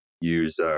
use